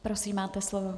Prosím, máte slovo.